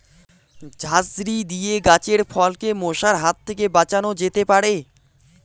ঝাঁঝরি দিয়ে গাছের ফলকে মশার হাত থেকে বাঁচানো যেতে পারে?